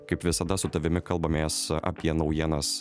kaip visada su tavimi kalbamės apie naujienas